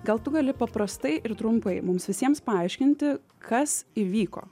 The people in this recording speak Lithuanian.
gal tu gali paprastai ir trumpai mums visiems paaiškinti kas įvyko